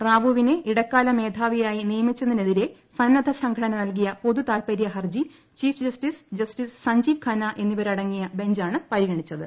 റാവുവിനെ ഇടക്കാല മേധാവി യായി നിയമിച്ചതിനെതിരെ സന്നദ്ധ സംഘടന നൽകിയ പൊതു താൽപ്പര്യ ഹർജി chief justice justice Sanjiv Khanna എന്നിവ രടങ്ങിയ ബെഞ്ചാണ് പരിഗണിച്ചത്